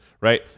right